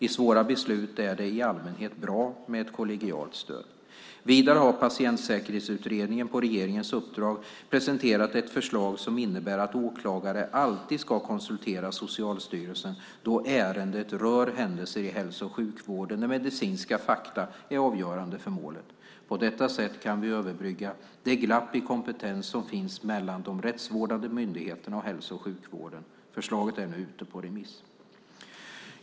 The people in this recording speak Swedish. I svåra beslut är det i allmänhet bra med ett kollegialt stöd. Vidare har Patientsäkerhetsutredningen, på regeringens uppdrag, presenterat ett förslag som innebär att åklagare alltid ska konsultera Socialstyrelsen då ärendet rör händelser i hälso och sjukvården där medicinska fakta är avgörande för målet. På detta sätt kan vi överbrygga det glapp i kompetens som finns mellan de rättsvårdande myndigheterna och hälso och sjukvården. Förslaget är nu ute på remiss.